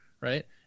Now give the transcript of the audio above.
right